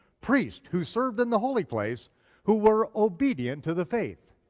priests, who served in the holy place who were obedient to the faith.